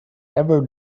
ever